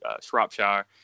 Shropshire